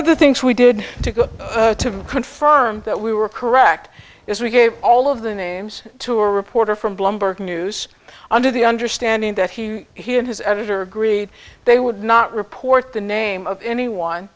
of the things we did to go to confirm that we were correct is we gave all of the names to a reporter from bloomberg news under the understanding that he he and his editor greed they would not report the name of anyone